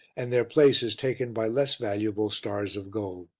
and their place is taken by less valuable stars of gold.